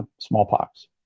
smallpox